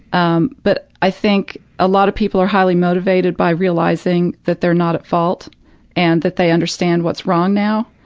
um but i think a lot of people are highly motivated by realizing that they're not at fault and that they understand what's wrong now,